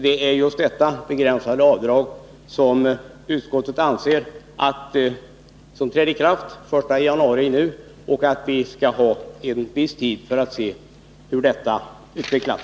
Bestämmelsen om begränsning av avdraget trädde i kraft den 1 januari i år, och utskottet anser att en viss tid bör förflyta innan vi kan se hur detta utvecklas.